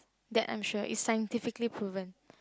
that I'm sure is scientifically proven